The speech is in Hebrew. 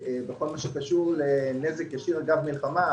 בכל הקשור לנזק ישיר אגב מלחמה,